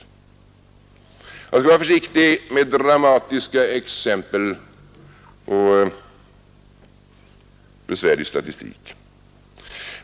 Jag skall vara försiktig med dramatiska exempel och besvärlig statistik.